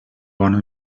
bona